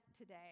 today